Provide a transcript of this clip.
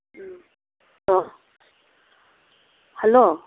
ꯎꯝ ꯑꯣ ꯍꯜꯂꯣ